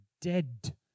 dead